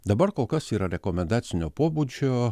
dabar kol kas yra rekomendacinio pobūdžio